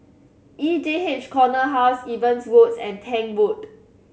E J H Corner House Evans Road and Tank Road